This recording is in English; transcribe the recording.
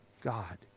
God